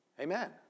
Amen